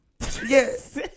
yes